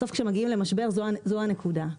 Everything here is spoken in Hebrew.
בסוף כשמגיעים למשבר זו הנקודה.